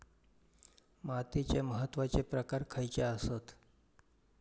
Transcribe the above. मातीचे महत्वाचे प्रकार खयचे आसत?